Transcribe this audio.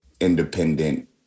independent